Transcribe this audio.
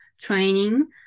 training